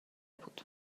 بود